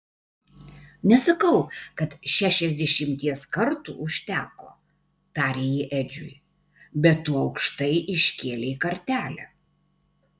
nesakau kad šešiasdešimties kartų užteko tarė ji edžiui bet tu aukštai iškėlei kartelę